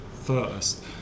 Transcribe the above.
first